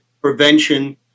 prevention